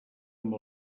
amb